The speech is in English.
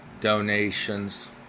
donations